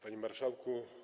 Panie Marszałku!